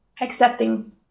accepting